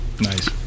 nice